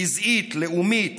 גזעית, לאומית,